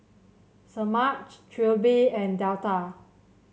Semaj Trilby and Delta